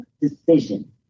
decision